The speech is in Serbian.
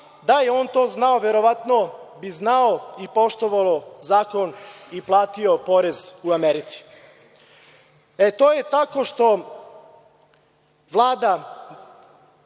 da je on to znao verovatno bi znao i poštovao zakon i platio porez u Americi. To je tako što Vlada,